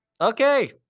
Okay